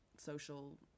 social